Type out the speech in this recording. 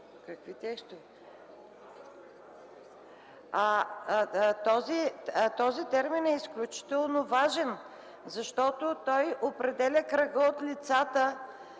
Този термин е изключително важен, защото той определя кръга от лицата,